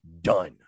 done